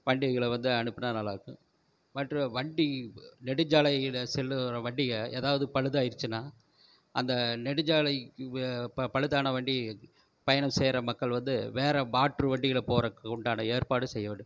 வண்டிகளை வந்து அனுப்புனால் நல்லாயிருக்கும் மற்றும் வண்டி நெடுஞ்சாலையில் செல்கிற வண்டிங்க எதாவது பழுதாயிடுச்சின்னால் அந்த நெடுஞ்சாலைக்கு பழுதான வண்டி பயணம் செய்கிற மக்கள் வந்து வேறு மாற்று வண்டியில் போறதுக்கு உண்டான ஏற்பாடு செய்ய வேண்டும்